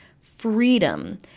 freedom